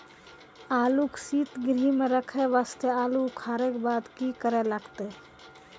आलू के सीतगृह मे रखे वास्ते आलू उखारे के बाद की करे लगतै?